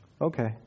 Okay